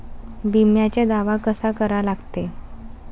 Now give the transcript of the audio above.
बिम्याचा दावा कसा करा लागते?